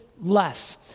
less